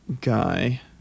guy